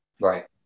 Right